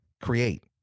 Create